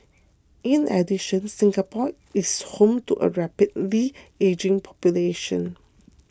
in addition Singapore is home to a rapidly ageing population